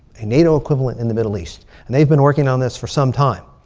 a nato equivalent in the middle east. and they've been working on this for some time.